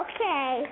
Okay